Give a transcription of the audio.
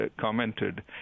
commented